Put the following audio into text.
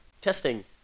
testing